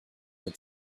had